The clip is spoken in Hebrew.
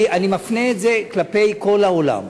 אני מפנה את זה כלפי כל העולם: